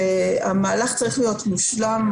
המהלך צריך להיות מושלם,